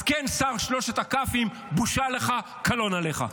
אז כן, שר שלושת הכ"פים, בושה לך, קלון עליך.